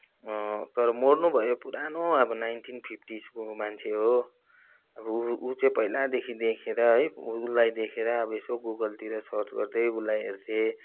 तर मर्नुभयो पुरानो अब नाइन्टिन फिफ्टिजको मान्छे हो अब उ उ चाहिँ पहिलादेखि देखेर है उसलाई देखेर अब यसो गुगलतिर सर्च गर्दै उसलाई हेर्थेँ